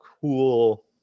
cool